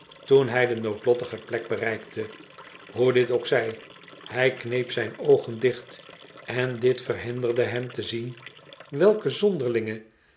toen hij de noodlottige plek bereikte hoe dit ook zij hij kneep zijn oogen dicht en dit verhinderde hem te zien welke zonderlinge